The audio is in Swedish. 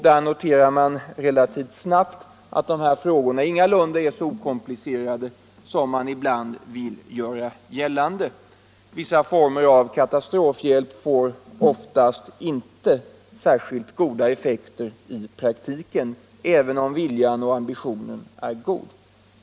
Där noterar man relativt snart att de här frågorna ingalunda är så okomplicerade som somliga ibland vill göra gällande. Vissa former av katastrofhjälp får oftast inte särskilt goda effekter i praktiken, även om viljan och ambitionen är goda.